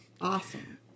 Awesome